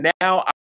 now